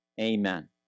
amen